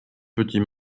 petit